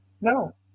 No